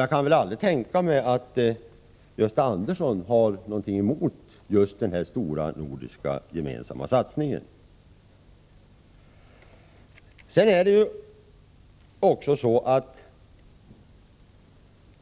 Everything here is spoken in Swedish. Jag kan väl aldrig tänka mig att Gösta Andersson har något emot denna stora gemensamma nordiska satsning.